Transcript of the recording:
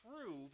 prove